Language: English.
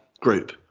group